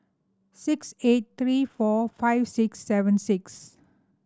six eight three four five six seven six